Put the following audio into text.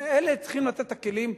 ניתן לו את הכול,